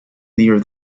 near